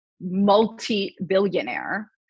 multi-billionaire